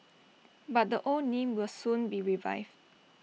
but the old name will soon be revived